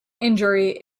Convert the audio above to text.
injury